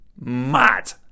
mad